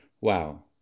wow